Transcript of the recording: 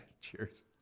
cheers